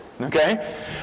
Okay